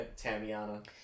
Tamiana